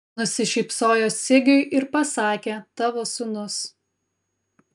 nusišypsojo sigiui ir pasakė tavo sūnus